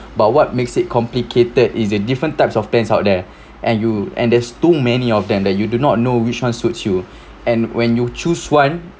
but what makes it complicated is a different types of plans out there and you and there's too many of them that you do not know which one suits you and when you choose one